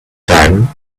time